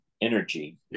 energy